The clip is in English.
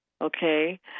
Okay